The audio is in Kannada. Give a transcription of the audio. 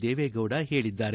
ದೇವೇಗೌಡ ಹೇಳಿದ್ದಾರೆ